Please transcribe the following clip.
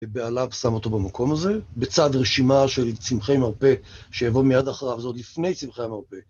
ובעליו שם אותו במקום הזה, בצד רשימה של צמחי מרפא שיבוא מיד אחריו, זה עוד לפני צמחי מרפא.